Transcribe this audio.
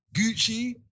Gucci